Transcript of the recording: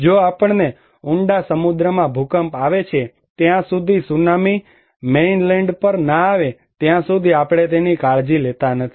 જો આપણને ઉંડા સમુદ્રમાં ભૂકંપ આવે છે ત્યાં સુધી સુનામી મેઇનલેન્ડ પર ન આવે ત્યાં સુધી આપણે કાળજી લેતા નથી